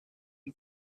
une